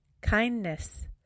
kindness